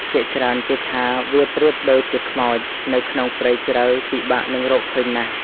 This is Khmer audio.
ភាគច្រើនគេថា វាប្រៀបដូចជា "ខ្មោច" នៅក្នុងព្រៃជ្រៅ ពិបាកនឹងរកឃើញណាស់។